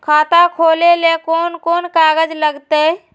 खाता खोले ले कौन कौन कागज लगतै?